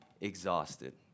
exhausted